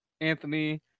Anthony